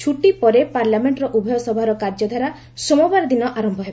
ଛଟି ପରେ ପାର୍ଲାମେଣ୍ଟର ଉଭୟ ସଭାର କାର୍ଯ୍ୟଧାରା ସୋମବାର ଦିନ ଆରମ୍ଭ ହେବ